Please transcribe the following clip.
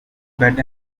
bed